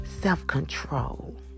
self-control